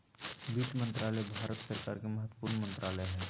वित्त मंत्रालय भारत सरकार के महत्वपूर्ण मंत्रालय हइ